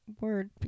word